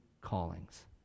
callings